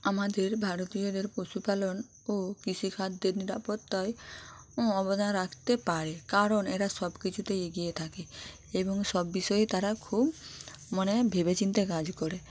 আমাদের ভারতীয়দের পশুপালন ও কৃষিখাদ্যের নিরাপত্তায় অবদান রাখতে পারে কারণ এরা সব কিছুতেই এগিয়ে থাকে এবং সব বিষয়েই তারা খুব মানে ভেবেচিন্তে কাজ করে